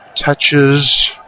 touches